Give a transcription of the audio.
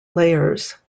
layers